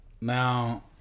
Now